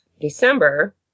December